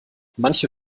manche